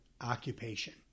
occupation